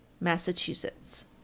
Massachusetts